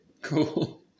Cool